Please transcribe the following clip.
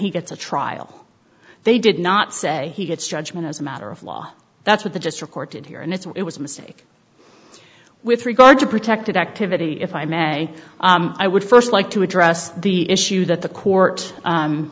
he gets a trial they did not say he gets judgment as a matter of law that's what the just reported here and it was a mistake with three large protected activity if i may i would first like to address the issue that the court